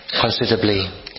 considerably